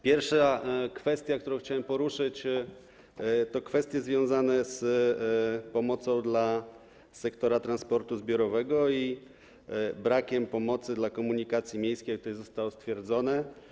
Pierwsza kwestia, którą chciałem poruszyć, to sprawy związane z pomocą dla sektora transportu zbiorowego i brakiem pomocy dla komunikacji miejskiej, jak tutaj zostało stwierdzone.